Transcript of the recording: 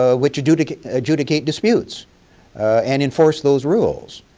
ah what you do to ah judicate disputes and enforce those rules.